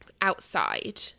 outside